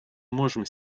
можем